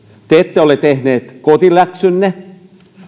te ette ole tehneet kotiläksyjänne